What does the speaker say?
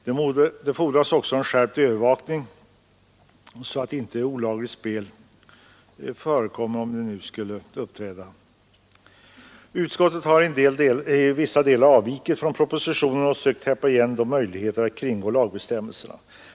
Säkerligen kommer också skärpt övervakning att erfordras, så att inte olagligt spel förekommer. Utskottet har i vissa delar avvikit från propositionen och försökt eliminera möjligheterna att kringgå lagbestämmelserna.